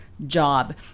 job